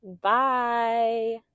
Bye